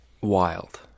wild